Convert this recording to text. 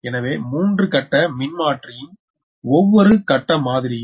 எனவே 3 கட்ட மின்மாற்றியின் ஒவ்வொரு கட்ட மாதிரியும்